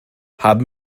haben